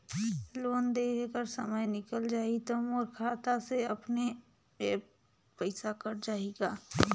Loan देहे कर समय निकल जाही तो मोर खाता से अपने एप्प पइसा कट जाही का?